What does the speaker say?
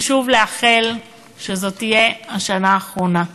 ושוב לאחל שזאת תהיה השנה האחרונה.